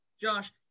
Josh